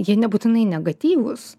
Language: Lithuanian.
jie nebūtinai negatyvūs